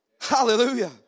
Hallelujah